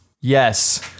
Yes